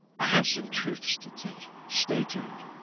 i have some truths to tell stay two